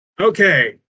Okay